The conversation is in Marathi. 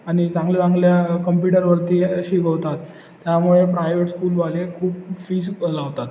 आणि चांगल्या चांगल्या कॉम्प्युटरवरती शिकवतात त्यामुळे प्रायवेट स्कूलवाले खूप फीज लावतात